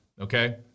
okay